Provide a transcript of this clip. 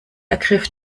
ergriff